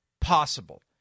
possible